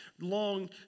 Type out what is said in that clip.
Long